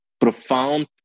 profound